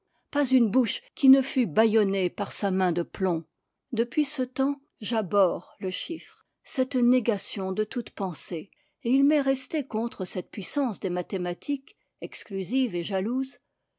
pas une bouche qui ne fût bâillonnée par sa main de plomb depuis ce temps j'abhorre le chiffre cette négation de toute pensée et il m'est resté contre cette puissance des mathématiques exclusive et jalouse